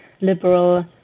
liberal